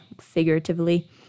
figuratively